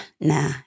nah